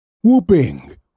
whooping